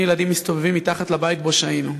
ילדים מסתובבים מתחת לבית שבו שהינו.